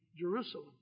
Jerusalem